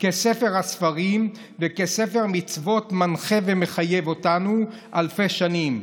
כספר הספרים וכספר מצוות המנחה ומחייב אותנו אלפי שנים.